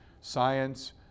Science